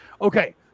Okay